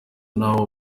n’abo